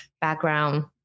background